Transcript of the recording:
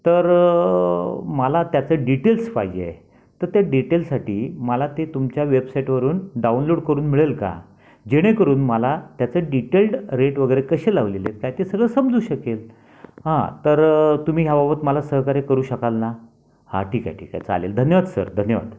तर माला त्याचे डिटेल्स पाहिजे आहे तर ते डिटेल्ससाठी मला ते तुमच्या वेबसाईटवरून डाउनलोड करून मिळेल का जेणेकरून मला त्याचे डिटेल्ड रेट वगैरे कसे लावलेले आहेत काय ते सगळं समजू शकेल हां तर तुम्ही मला या बाबत सहकार्य करू शकाल ना हां ठीक आहे ठीक आहे चालेल धन्यवाद सर धन्यवाद